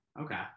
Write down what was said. okay